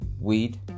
weed